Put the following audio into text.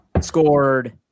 scored